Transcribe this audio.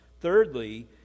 thirdly